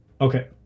Okay